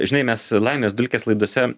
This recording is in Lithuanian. žinai mes laimės dulkės laidose